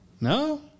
No